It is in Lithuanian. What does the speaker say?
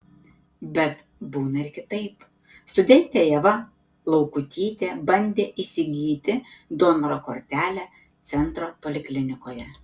bet būna ir kitaip studentė ieva laukutytė bandė įsigyti donoro kortelę centro poliklinikoje